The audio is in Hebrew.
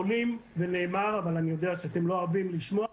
זה נאמר אבל אני יודע אתם לא אוהבים לשמוע.